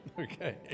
okay